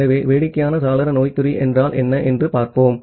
ஆகவே வேடிக்கையான சாளர சின்ரோம் என்றால் என்ன என்று பார்ப்போம்